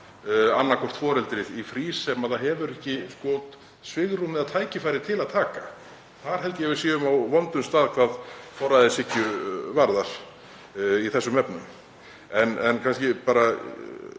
annaðhvort foreldrið í frí sem það hefur ekki svigrúm eða tækifæri til að taka. Þar held ég að við séum á vondum stað hvað forræðishyggju varðar í þessum efnum. Ég tel mig vita